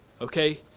okay